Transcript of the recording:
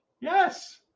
Yes